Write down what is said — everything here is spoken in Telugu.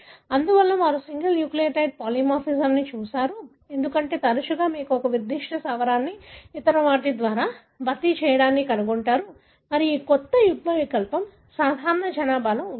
అందువల్ల వారు సింగిల్ న్యూక్లియోటైడ్ పాలిమార్ఫిజమ్ని చూశారు ఎందుకంటే తరచుగా మీరు ఒక నిర్దిష్ట స్థావరాన్ని ఇతర వాటి ద్వారా భర్తీ చేయడాన్ని కనుగొంటారు మరియు ఈ కొత్త యుగ్మ వికల్పం సాధారణ జనాభాలో ఉంటుంది